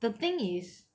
the thing is